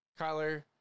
Kyler